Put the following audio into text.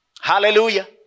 Hallelujah